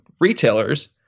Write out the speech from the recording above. retailers